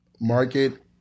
Market